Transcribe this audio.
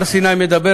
מדבר